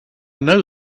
know